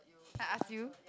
I ask you